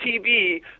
TV